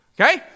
Okay